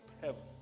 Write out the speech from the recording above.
heaven